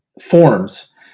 Forms